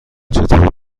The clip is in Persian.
چطور